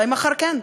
אולי מחר כן.